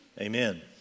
amen